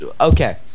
okay